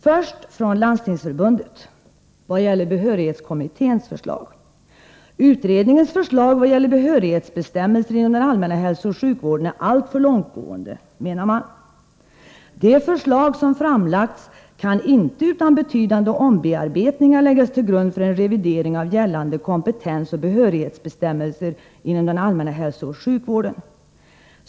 Först Landstingsförbundets yttrande vad gäller behörighetskommitténs förslag: ”Utredningens förslag vad gäller behörighetsbestämmelser inom den allmänna hälsooch sjukvården är alltför långtgående. —-=-—- de förslag som framlagts inte utan betydande ombearbetningar kan läggas till grund för en revidering av gällande kompetensoch behörighetsbestämmelser inom den allmänna hälsooch sjukvården.